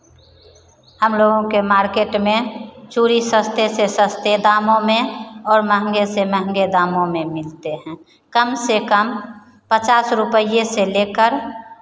हमलोगों के मार्केट में चूड़ी सस्ते से सस्ते दामों में और महंगे से महंगे दामों में मिलते हैं कम से कम पचास रुपये से लेकर